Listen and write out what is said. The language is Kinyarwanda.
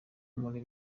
muri